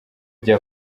rya